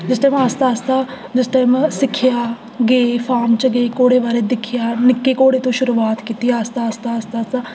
उसदे बाद आस्तै आस्तै जिस टैम सिक्खेआ गेई फार्म च गेई घोड़े बारै दिक्खेआ निक्के घोड़े तों शुरूआत कीती आस्तै आस्तै आस्तै आस्तै